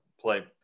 play